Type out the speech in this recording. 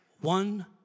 One